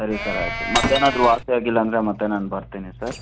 ಸರಿ ಸರ್ ಆಯಿತು ಮತ್ತೇನಾದರು ವಾಸಿ ಆಗಿಲ್ಲ ಅಂದರೆ ಮತ್ತೆ ನಾನು ಬರ್ತೀನಿ ಸರ್